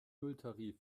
nulltarif